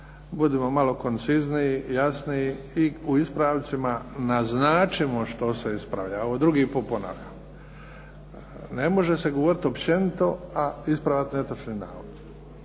Budimo malo koncizniji, jasniji i u ispravcima naznačimo što se ispravlja. Ovo drugi put ponavljam. Ne može se govorit općenito, a ispravljat netočni navod.